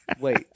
Wait